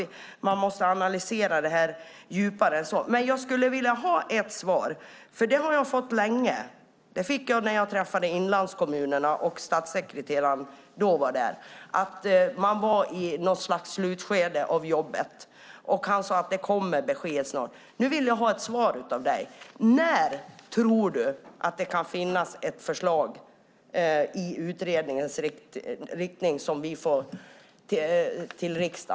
Man måste analysera detta djupare än så. När jag träffade inlandskommunerna och statssekreteraren sades det att man var i ett slutskede av jobbet. Statssekreteraren sade att det snart kommer besked. Nu vill jag ha ett svar från dig, Stefan Attefall. När tror du att riksdagen kan få ett förslag i utredningens riktning?